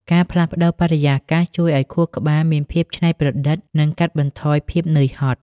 ការផ្លាស់ប្តូរបរិយាកាសជួយឱ្យខួរក្បាលមានភាពច្នៃប្រឌិត និងកាត់បន្ថយភាពនឿយហត់។